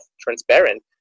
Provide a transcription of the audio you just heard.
transparent